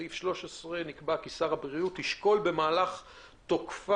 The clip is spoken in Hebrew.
בסעיף 13 נקבע כי: "שר הבריאות ישקול במהלך תקופת